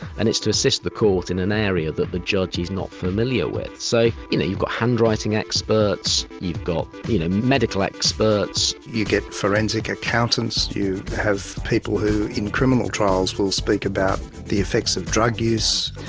and it's to assist the court in an area that the judge is not familiar with. so you've got handwriting experts, you've got you know medical experts. you get forensic accountants, you have people who in criminal trials will speak about the effects of drug use,